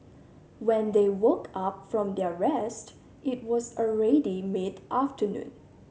when they woke up from their rest it was already mid afternoon